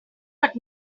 but